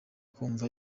kumva